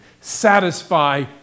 satisfy